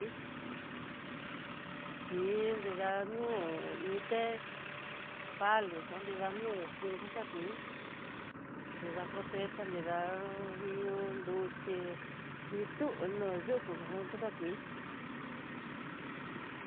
Kui, kuii nruda nu ité paloxa nrida nuxu, xakui, nida cosecha, nrida nguió nruchi nrituno no'o yuku yuku xakui uj.